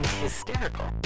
hysterical